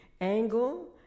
angle